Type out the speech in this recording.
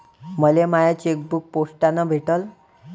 मले माय चेकबुक पोस्टानं भेटल